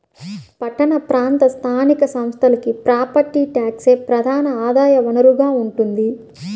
పట్టణ ప్రాంత స్థానిక సంస్థలకి ప్రాపర్టీ ట్యాక్సే ప్రధాన ఆదాయ వనరుగా ఉంటోంది